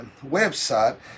website